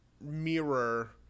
mirror